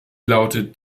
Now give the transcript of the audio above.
lautet